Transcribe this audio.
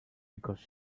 because